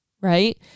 right